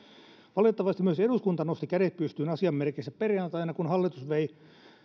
valitettavasti myös eduskunta nosti kädet pystyyn asian merkeissä perjantaina kun hallitus vei